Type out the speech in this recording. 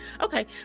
Okay